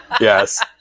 Yes